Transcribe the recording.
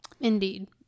Indeed